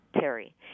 Terry